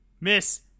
Miss